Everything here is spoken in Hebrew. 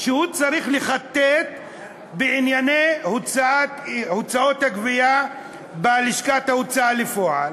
שהוא צריך לחטט בענייני הוצאות הגבייה בלשכת ההוצאה לפועל